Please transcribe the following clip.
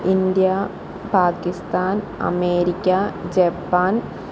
India Pakistan America Japan